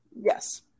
Yes